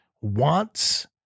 wants